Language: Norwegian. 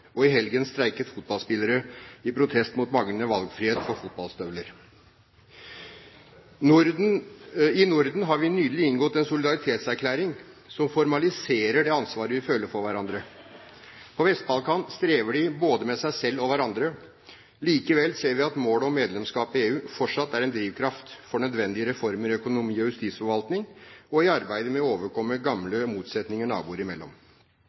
og i helgen streiket fotballspillere i protest mot manglende valgfrihet når det gjelder fotballstøvler. I Norden har vi nylig inngått en solidaritetserklæring som formaliserer det ansvaret vi føler for hverandre. På Vest-Balkan strever de både med seg selv og hverandre. Likevel ser vi at målet om medlemskap i EU fortsatt er en drivkraft for nødvendige reformer i økonomi og justisforvaltning og i arbeidet med å overkomme gamle motsetninger naboer imellom.